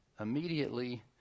immediately